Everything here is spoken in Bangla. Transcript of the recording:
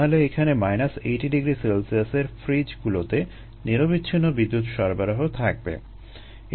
তাহলে এখানে 80 ºC এর ফ্রিজগুলোতে নিরবিচ্ছিন্ন বিদ্যুৎ সরবরাহ থাকবে